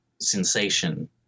sensation